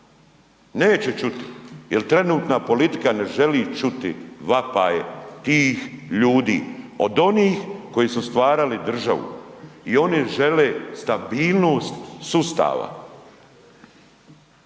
Neće čuti jer trenutna politika ne želi čuti vapaj tih ljudi od onih koji su stvarali državu i oni žele stabilnost sustava.